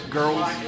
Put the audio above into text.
girls